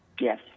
Yes